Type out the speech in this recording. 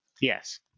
yes